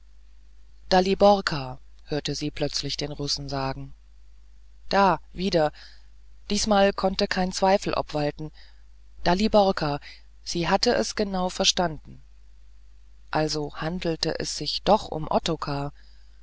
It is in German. daliborka hörte sie plötzlich den russen sagen da wieder diesmal konnte kein zweifel obwalten daliborka sie hatte es genau verstanden also handelte es sich doch um ottokar